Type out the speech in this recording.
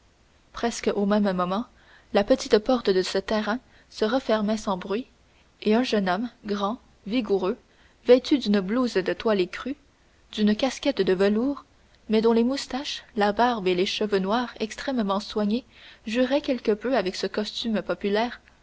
presque au même moment la petite porte de ce terrain se refermait sans bruit et un jeune homme grand vigoureux vêtu d'une blouse de toile écrue d'une casquette de velours mais dont les moustaches la barbe et les cheveux noirs extrêmement soignés juraient quelque peu avec ce costume populaire